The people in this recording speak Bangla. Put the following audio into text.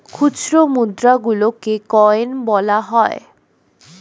খুচরো মুদ্রা গুলোকে কয়েন বলা হয়